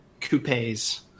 Coupes